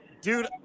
Dude